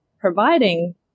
providing